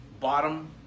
Bottom